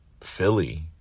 Philly